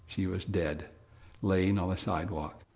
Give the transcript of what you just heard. she was dead laying on the sidewalk.